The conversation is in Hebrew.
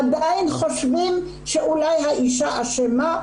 עדיין חושבים שאולי האישה אשמה.